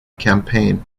campaign